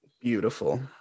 Beautiful